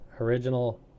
original